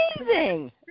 amazing